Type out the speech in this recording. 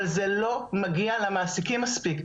אבל זה לא מגיע למעסיקים מספיק.